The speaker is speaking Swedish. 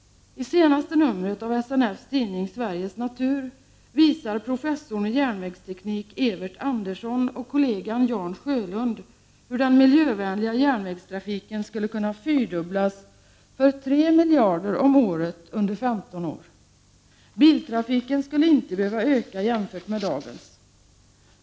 I senaste numret av SNF:s tidning Sveriges Natur visar professorn i järnvägsteknik Evert Andersson och kollegan Jan Sjölund hur den miljövänliga järnvägstrafiken skulle kunna fyrdubblas för 3 miljarder om året under 15 år. Biltrafiken skulle inte behöva öka jämfört med dagens.